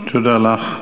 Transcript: תודה לך.